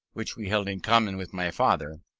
which we held in common with my father,